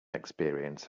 experience